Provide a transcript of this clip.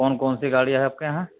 کون کون سی گاڑیاں ہیں آپ کے یہاں